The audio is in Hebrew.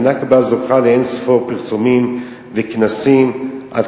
ה"נכבה" זוכה לאין-ספור פרסומים וכנסים עד